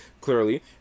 clearly